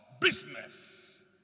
business